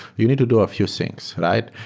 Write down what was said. you need to do a few things, right?